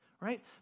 right